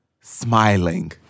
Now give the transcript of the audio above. smiling